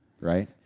right